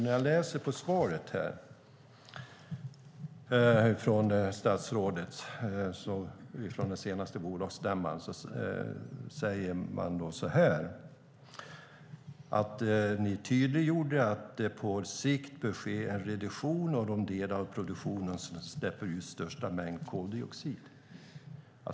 I svaret från statsrådet står det att ni vid den senaste bolagsstämman tydliggjorde att det på sikt bör ske en reduktion av de delar av produktionen som släpper ut störst mängd koldioxid.